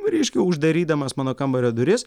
reiškia uždarydamas mano kambario duris